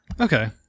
Okay